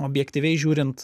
objektyviai žiūrint